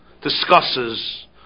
discusses